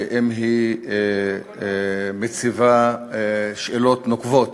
ואם היא מציבה שאלות נוקבות.